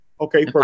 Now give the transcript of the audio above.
Okay